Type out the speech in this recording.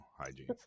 hygiene